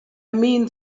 mean